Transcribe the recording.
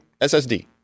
SSD